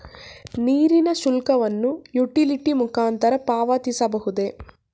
ನೀರಿನ ಶುಲ್ಕವನ್ನು ಯುಟಿಲಿಟಿ ಮುಖಾಂತರ ಪಾವತಿಸಬಹುದೇ?